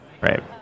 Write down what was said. right